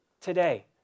today